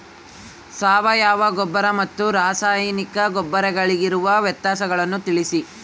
ಸಾವಯವ ಗೊಬ್ಬರ ಮತ್ತು ರಾಸಾಯನಿಕ ಗೊಬ್ಬರಗಳಿಗಿರುವ ವ್ಯತ್ಯಾಸಗಳನ್ನು ತಿಳಿಸಿ?